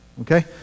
okay